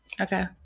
Okay